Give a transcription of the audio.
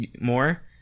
more